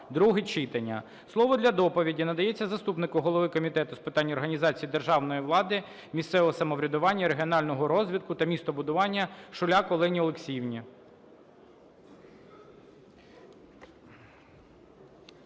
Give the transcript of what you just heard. (друге читання). Слово для доповіді надається заступнику голови Комітету з питань організації державної влади, місцевого самоврядування, регіонального розвитку та містобудування Шуляк Олені Олексіївні.